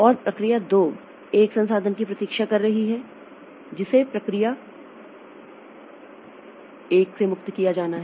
और प्रक्रिया 2 एक संसाधन की प्रतीक्षा कर रही है जिसे प्रक्रिया 1 से मुक्त किया जाना है